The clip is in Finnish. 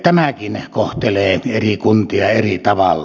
tämäkin kohtelee eri kuntia eri tavalla